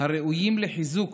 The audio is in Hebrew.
הראויים לחיזוק